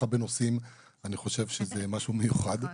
הרבה נושאים אני חושב שזה משהו מיוחד.